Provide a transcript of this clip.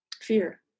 fear